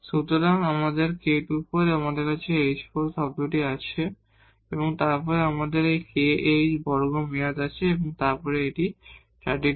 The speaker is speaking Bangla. সুতরাং k24 এবং আমাদের h4 টার্ম আছে এবং তারপর আমাদের একটি k h বর্গ টার্ম আছে এবং তারপর এটি 32k2